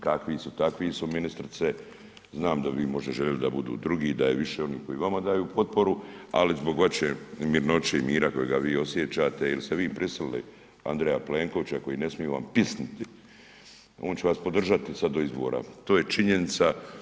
Kakvi su takvu su ministrice, znam da bi vi možda željeli da budu drugi, da je više onih koji vama daju potporu, ali zbog veće mirnoće i mira kojega vi osjećate jel ste vi prisilili Andreja Plenkovića koji ne smije vam pisniti on će vas podržati sada do izbora, to je činjenica.